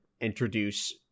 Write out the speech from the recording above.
introduce